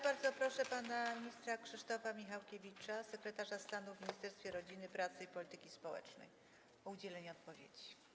Bardzo proszę pana ministra Krzysztofa Michałkiewicza, sekretarza stanu w Ministerstwie Rodziny, Pracy i Polityki Społecznej, o udzielenie odpowiedzi.